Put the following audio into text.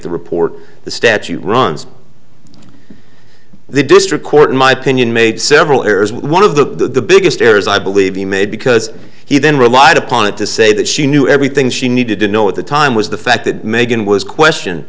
the report the statute runs the district court in my opinion made several errors one of the biggest errors i believe he made because he then relied upon it to say that she knew everything she needed to know at the time was the fact that megan was question